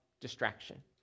distraction